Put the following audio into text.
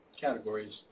categories